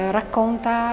racconta